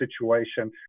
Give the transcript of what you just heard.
situation